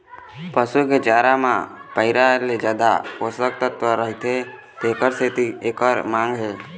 पसू के चारा म पैरा ले जादा पोषक तत्व रहिथे तेखर सेती एखर मांग हे